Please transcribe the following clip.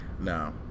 No